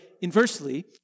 inversely